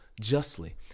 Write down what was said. justly